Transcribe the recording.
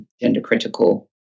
gender-critical